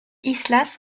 islas